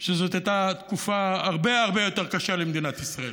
שזאת הייתה תקופה הרבה הרבה יותר קשה למדינת ישראל,